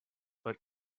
but